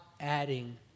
adding